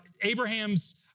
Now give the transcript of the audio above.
Abraham's